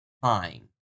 fine